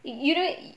you know